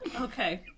Okay